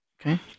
Okay